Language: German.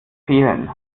fehlen